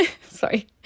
sorry